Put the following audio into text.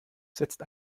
setzte